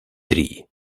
три